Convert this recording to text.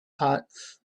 hot